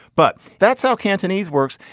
but that's how cantonese works.